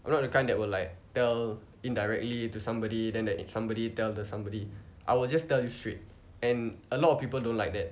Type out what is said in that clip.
I'm not the kind that will like tell indirectly to somebody then that somebody tell the somebody I will just tell you straight and a lot of people don't like that